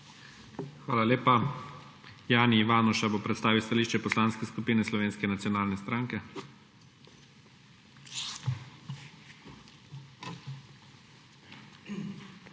Hvala lepa. Dušan Šiško bo predstavil stališče Poslanske skupine Slovenske nacionalne stranke.